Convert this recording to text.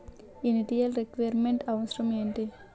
Initial requirement అవసరం ఎంటి?